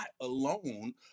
alone